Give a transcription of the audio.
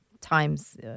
Times